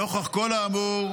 נוכח כל האמור,